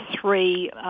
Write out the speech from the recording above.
three